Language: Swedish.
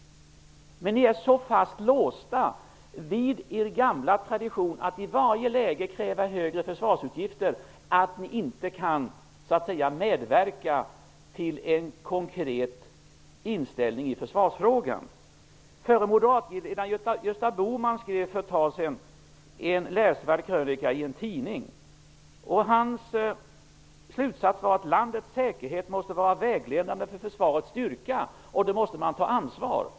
Men ni är så fast låsta vid er gamla tradition att i varje läge kräva högre försvarsutgifter att ni inte kan medverka till en konkret inställning i försvarsfrågan. Förre moderatledaren Gösta Bohman skrev för ett tag sedan en läsvärd krönika i en tidning. Hans slutsats var att landets säkerhet måste vara vägledande för försvarets styrka, och då måste man ta ansvar.